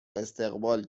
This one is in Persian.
استقبال